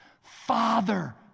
Father